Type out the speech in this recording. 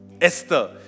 Esther